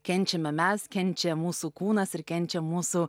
kenčiame mes kenčia mūsų kūnas ir kenčia mūsų